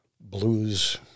blues